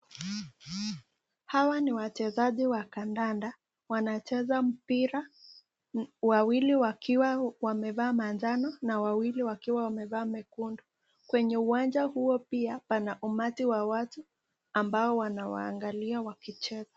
Hawa ni wachezaji wa kandanda, wanacheza mpira. Wawili wakiwa wamevaa manjano na wengine wawili wamevaa mekundu. Penye uwanja huo pia kuna umati wa watu ambao wanawaangalia wakicheza.